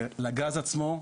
לגז עצמו,